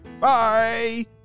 Bye